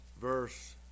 verse